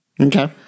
Okay